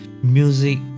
music